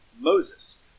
Moses